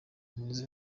n’izo